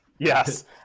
Yes